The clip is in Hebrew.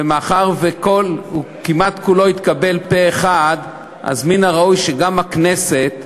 ומאחר שכמעט כולו התקבל פה-אחד מן הראוי שהכנסת,